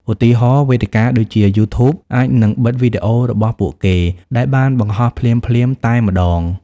ឧទាហរណ៍ វេទិកាដូចជា យូធូប អាចនឹងបិទវីដេអូរបស់ពួកគេ ដែលបានបង្ហោះភ្លាមៗតែម្ដង។